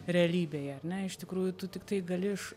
realybėje ar ne iš tikrųjų tu tiktai gali iš